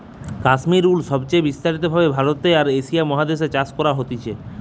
Kashmir wool সবচে বিস্তারিত ভাবে ভারতে আর এশিয়া মহাদেশ এ চাষ করা হতিছে